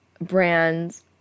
brands